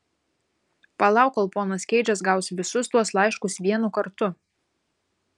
palauk kol ponas keidžas gaus visus tuos laiškus vienu kartu